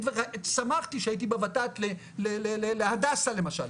ושמחתי שהייתי בוות"ת בהדסה למשל,